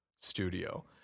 studio